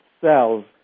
cells